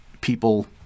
people